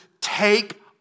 take